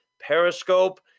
Periscope